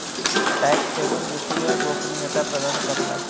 tax haven वित्तीय गोपनीयता प्रदान करला